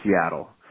Seattle